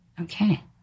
okay